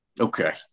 Okay